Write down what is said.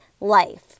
life